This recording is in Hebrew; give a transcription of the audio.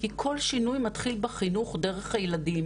כי כל שינוי מתחיל בחינוך דרך הילדים